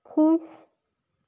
ਖੁਸ਼